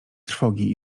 trwogi